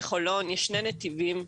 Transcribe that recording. בחולון יש שני נתיבים,